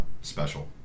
special